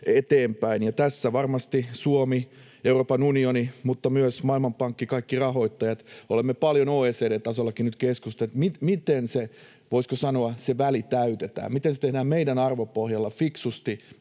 eteenpäin. Tässä varmasti Suomi, Euroopan unioni mutta myös Maailmanpankki, kaikki rahoittajat, olemme paljon OECD:n tasollakin nyt keskustelleet, miten täytetään, voisiko sanoa, se väli, miten se tehdään meidän arvopohjallamme fiksusti,